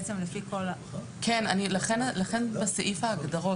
לכן בסעיף ההגדרות